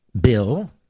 Bill